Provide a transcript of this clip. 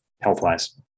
health-wise